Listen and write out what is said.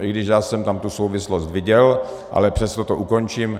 I když já jsem tam tu souvislost viděl, ale přesto to ukončím.